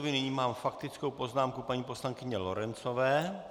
Nyní mám faktickou poznámku paní poslankyně Lorencové.